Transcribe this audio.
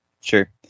Sure